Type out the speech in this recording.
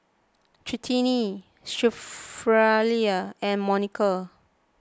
and Monica